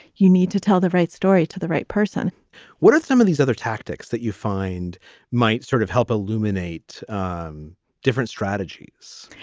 you need to tell the right story to the right person what are some of these other tactics that you find might sort of help illuminate the um different strategies?